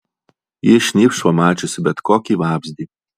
ji šnypš pamačiusi bet kokį vabzdį